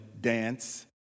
dance